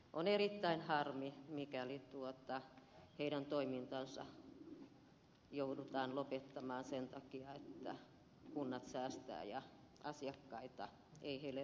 on erittäin harmi mikäli heidän toimintansa joudutaan lopettamaan sen takia että kunnat säästävät ja asiakkaita ei heille riittävästi lähetetä